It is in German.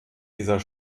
dieser